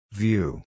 view